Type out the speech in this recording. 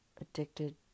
addicted